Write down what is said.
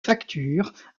factures